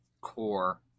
core